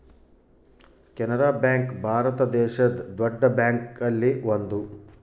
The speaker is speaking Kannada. ಕೆನರಾ ಬ್ಯಾಂಕ್ ಭಾರತ ದೇಶದ್ ದೊಡ್ಡ ಬ್ಯಾಂಕ್ ಅಲ್ಲಿ ಒಂದು